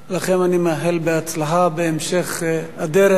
לכם אני מאחל הצלחה בהמשך הדרך,